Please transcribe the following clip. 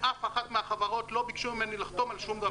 ובאף אחת מהחברות לא ביקשו ממני לחתום על שום דבר.